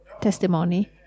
testimony